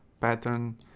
pattern